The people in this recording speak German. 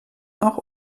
auch